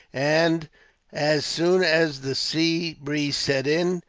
and as soon as the sea breeze set in,